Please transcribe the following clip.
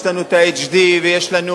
יש לנו את ה-HD ויש לנו